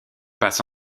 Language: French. passe